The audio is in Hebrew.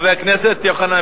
חבר הכנסת יוחנן